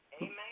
Amen